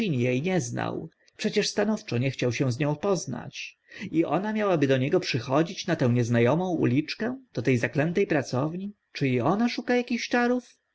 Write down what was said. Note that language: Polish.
nie znał przecież stanowczo nie chciał się z nią poznać i ona miałaby do niego przychodzić na tę niezna omą uliczkę do te zaklęte pracowni czy i ona szuka akich czarów